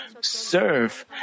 serve